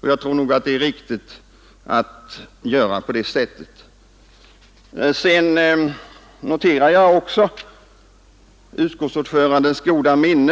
och jag tror nog att det är riktigt att vi gör så. Detta gäller också i politiken. Sedan noterade jag också utskottsordförandens goda minne.